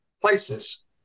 places